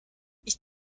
ich